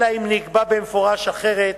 אלא אם נקבע במפורש אחרת,